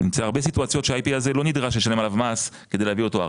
יש הרבה סיטואציות שעל ה-IP הזה לא נדרש לשלם מס כדי להביא אותו ארצה,